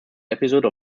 episode